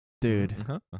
Dude